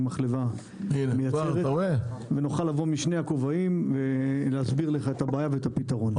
מחלבה מייצרת ונוכל לבוא בשני הכובעים ולהסביר את הבעיה ואת הפתרון.